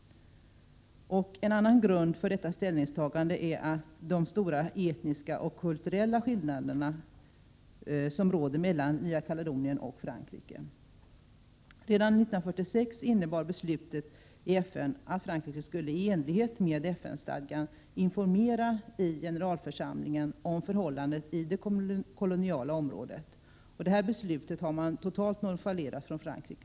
En annan grund för detta ställningstagande är de stora etniska och kulturella skillnader som råder mellan Nya Kaledonien och Frankrike. Redan 1946 innebar beslutet i FN att Frankrike i enlighet med FN-stadgan skulle informera i generalförsamlingen om förhållandet i det koloniala området. Det beslutet har Frankrike totalt nonchalerat.